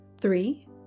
three